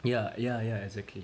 yeah yeah yeah exactly